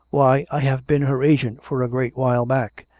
why, i have been her agent for a great while back,